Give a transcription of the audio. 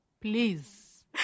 Please